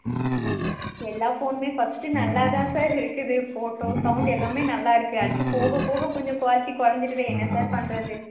எல்லா ஃபோனுமே ஃபர்ஸ்ட் நல்லா தான் சார் இருக்குது போட்டோ சவுண்ட் எல்லாமே நல்லா இருக்குது அடுத்து போக போக கொஞ்சம் குவாலிட்டி குறஞ்சுகுதே என்ன சார் பண்ணுறது